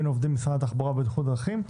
מבין עובדי משרד התחבורה והבטיחות בדרכים,